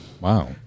Wow